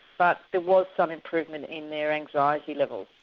but there was some improvement in their anxiety levels.